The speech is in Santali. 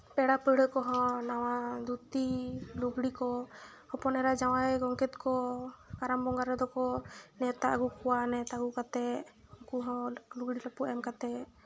ᱯᱮᱲᱟ ᱯᱟᱹᱲᱦᱟᱹ ᱠᱚᱦᱚᱸ ᱱᱟᱣᱟ ᱫᱷᱩᱛᱤ ᱞᱩᱜᱽᱲᱤ ᱠᱚ ᱦᱚᱯᱚᱱ ᱮᱨᱟ ᱡᱟᱶᱟᱭ ᱜᱚᱝᱠᱮᱛ ᱠᱚ ᱠᱟᱨᱟᱢ ᱵᱚᱸᱜᱟ ᱨᱮᱫᱚ ᱠᱚ ᱱᱮᱶᱛᱟ ᱟᱹᱜᱩ ᱠᱚᱣᱟ ᱱᱮᱶᱛᱟ ᱟᱹᱜᱩ ᱠᱟᱛᱮᱫ ᱩᱱᱠᱩ ᱦᱚᱸ ᱞᱩᱜᱽᱲᱤ ᱞᱟᱯᱚ ᱮᱢ ᱠᱟᱛᱮᱫ